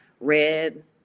red